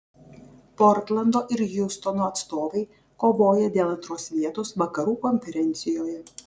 portlando ir hjustono atstovai kovoja dėl antros vietos vakarų konferencijoje